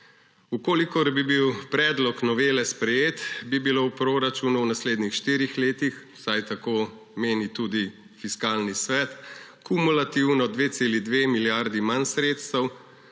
evrov. Če bi bil predlog novele sprejet, bi bilo v proračunu v naslednjih štirih letih, vsaj tako meni tudi Fiskalni svet, kumulativno 2,2 milijarde manj sredstev.